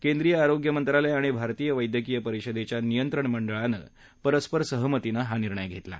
केद्रींय आरोग्य मंत्रालय आणि भारतीय वैद्यकीय परिषदेच्या नियंत्रण मंडळानं परस्पर सहमतीने हा निर्णय घेतला आहे